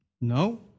No